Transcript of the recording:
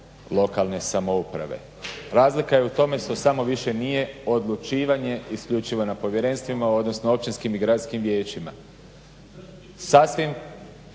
lokalne samouprave. Razlika je u tome što samo više nije odlučivanje isključivo na povjerenstvima, odnosno općinskim i gradskim vijećima. Sasvim